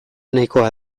nahikoa